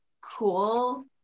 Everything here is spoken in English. cool